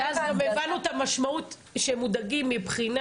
ואז גם הבנו את המשמעות של זה שהם מודאגים מבחינת